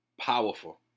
powerful